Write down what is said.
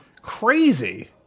Crazy